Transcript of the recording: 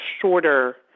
shorter